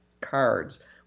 Cards